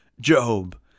Job